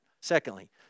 Secondly